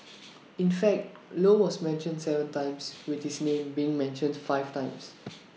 in fact low was mentioned Seven times with his name being mentioned five times